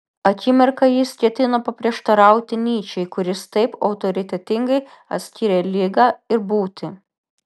akimirką jis ketino paprieštarauti nyčei kuris taip autoritetingai atskyrė ligą ir būtį